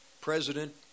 President